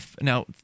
now